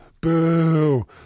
Boo